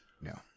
No